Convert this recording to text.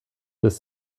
des